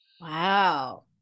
wow